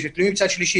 הם תלויים בצד שלישי,